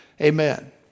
Amen